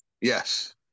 yes